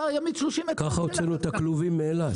כך הוצאנו את הכלובים מאילת,